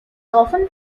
often